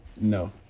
No